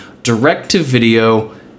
Direct-to-video